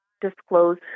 disclose